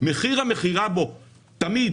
מחיר למכירה תמיד